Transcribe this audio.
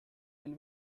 will